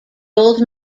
old